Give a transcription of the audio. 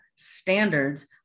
standards